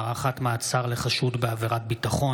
(הארכת מעצר לחשוד בעבירות ביטחון),